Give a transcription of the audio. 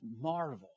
marvel